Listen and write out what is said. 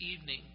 evening